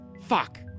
Fuck